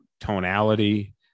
tonality